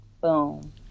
Boom